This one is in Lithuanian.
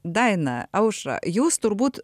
daina aušra jūs turbūt